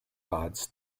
odds